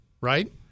right